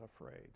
afraid